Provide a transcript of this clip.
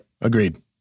Agreed